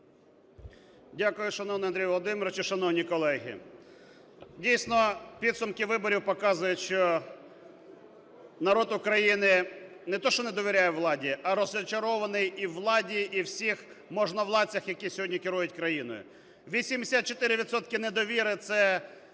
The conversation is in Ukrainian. Дякую, шановний Андрій Володимировичу, шановні колеги. Дійсно, підсумки виборів показують, що народ України не те, що не довіряє владі, а розчарований і у владі, і в усіх можновладцях, які сьогодні керують країною. 84 відсотки недовіри – це